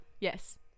yes